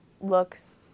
looks